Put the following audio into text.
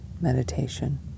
meditation